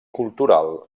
cultural